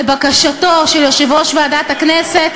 לבקשתו של יושב-ראש ועדת הכנסת,